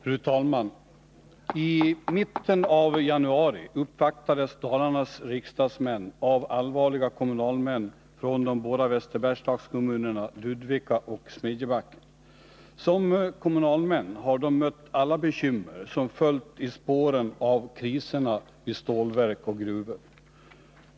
Fru talman! I mitten av januari uppvaktades Dalarnas riksdagsmän av allvarliga kommunalmän från de båda Västerbergslagskommunerna Ludvika och Smedjebacken. Som kommunalmän har de mött alla bekymmer som följt i spåren av kriserna vid stålverk och gruvor.